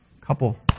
couple